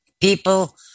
people